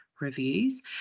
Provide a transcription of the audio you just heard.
reviews